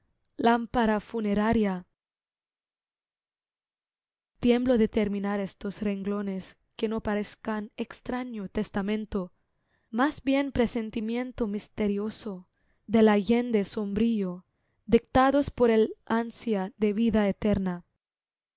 lampara funeraria tiemblo de terminar estos renglones que no parezcan extraño testamento más bien presentimiento misterioso del allende sombrío dictados por el ansia de vida eterna